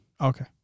Okay